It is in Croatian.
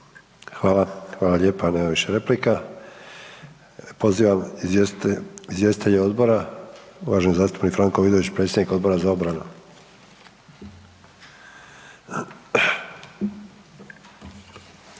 Hvala, hvala lijepa. Nema više replika. Pozivam izvjestitelje odbora, uvaženi zastupnik Franko Vidović predsjednik Odbora za obranu.